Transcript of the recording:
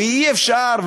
ואי-אפשר,